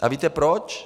A víte proč?